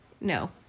No